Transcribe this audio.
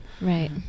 Right